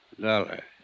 Dollar